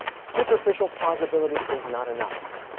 superficial plausibility is not enough!